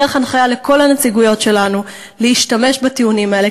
דרך הנחיה לכל הנציגויות שלנו להשתמש בטיעונים האלה,